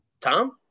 Tom